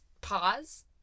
pause